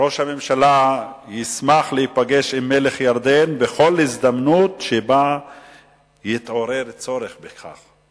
ראש הממשלה ישמח להיפגש עם מלך ירדן בכל הזדמנות שבה יתעורר צורך בכך,